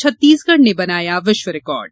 छत्तीसगढ़ ने बनाया विश्व रिकार्ड